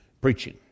preaching